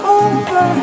over